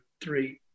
three